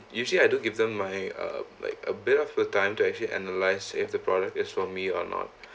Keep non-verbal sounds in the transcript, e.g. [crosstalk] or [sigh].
usually I don't give them my uh like a bit of a time to actually analyze if the product is for me or not [breath]